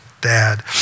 dad